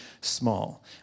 small